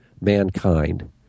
mankind